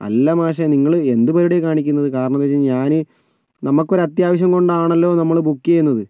അല്ല മാഷെ നിങ്ങള് എന്ത് പരിപാടിയാണ് കാണിക്കുന്നത് കാരണം എന്താ വെച്ച് കഴിഞ്ഞാൽ ഞാന് നമുക്കൊരു അത്യാവശ്യം കൊണ്ടാണല്ലോ നമ്മള് ബുക്കെയ്യുന്നത്